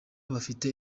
bafite